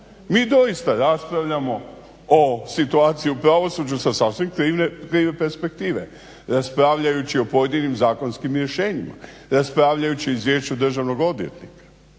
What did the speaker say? Mi doista raspravljamo o situaciji u pravosuđu sa sasvim krive perspektive, raspravljajući o pojedinim zakonskim rješenjima, raspravljajući o izvješću državnog odvjetnika.